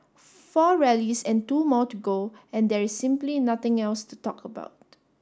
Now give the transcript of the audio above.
four rallies and two more to go and there is simply nothing else to talk about